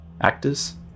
actors